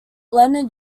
leonard